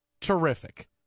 terrific